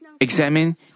examine